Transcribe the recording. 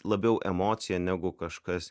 labiau emocija negu kažkas